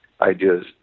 ideas